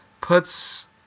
Puts